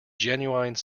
genuine